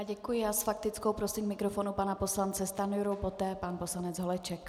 Děkuji a s faktickou prosím k mikrofonu pana poslance Stanjuru, poté pan poslanec Holeček.